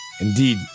Indeed